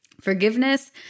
forgiveness